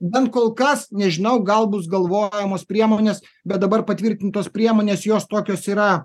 bent kol kas nežinau gal bus galvojamos priemonės bet dabar patvirtintos priemonės jos tokios yra